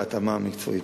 וההתאמה המקצועית.